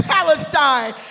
Palestine